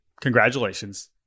Congratulations